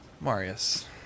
Marius